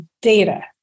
data